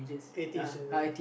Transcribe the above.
eighties is it